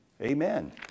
Amen